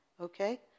okay